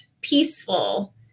peaceful